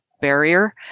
barrier